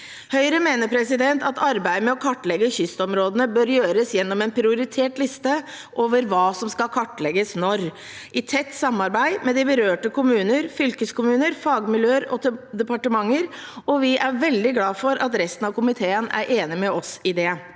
Høyre mener at arbeidet med å kartlegge kystområdene bør gjøres gjennom en prioritert liste over hva som skal kartlegges, når, i tett samarbeid med de berørte kommuner, fylkeskommuner, fagmiljøer og departementer, og vi er veldig glad for at resten av komiteen er enig med oss i det.